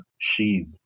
Sheath